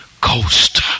Ghost